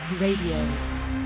Radio